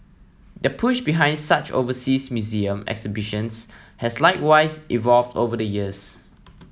the push behind such overseas museum exhibitions has likewise evolved over the years